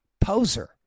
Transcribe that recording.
Poser